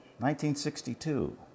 1962